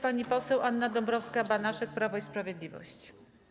Pani poseł Anna Dąbrowska-Banaszek, Prawo i Sprawiedliwość.